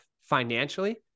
financially